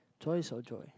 joyce or joy